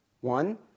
One